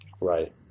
Right